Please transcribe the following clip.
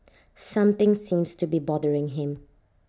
something seems to be bothering him